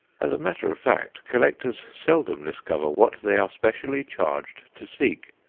as a matter of fact, collectors seldom discover what they are specially charged to seek,